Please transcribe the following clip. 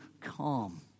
calm